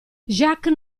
jacques